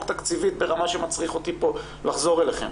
תקציבית ברמה שמצריכה אותי לחזור אליכם.